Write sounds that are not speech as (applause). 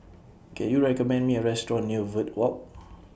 Can YOU recommend Me A Restaurant near Verde Walk (noise)